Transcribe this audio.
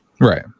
right